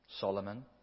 Solomon